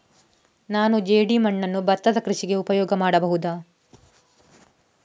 ನಾನು ಜೇಡಿಮಣ್ಣನ್ನು ಭತ್ತದ ಕೃಷಿಗೆ ಉಪಯೋಗ ಮಾಡಬಹುದಾ?